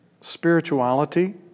spirituality